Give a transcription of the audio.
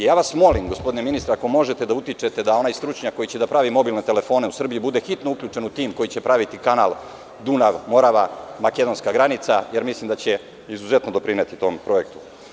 Molim vas, gospodine ministre, ako možete da utičete da onaj stručnjak koji će da pravi mobilne telefone u Srbiji bude hitno uključen u tim koji će praviti kanal Dunav – Morava – makedonska granica, jer mislim da će izuzetno doprineti tom projektu.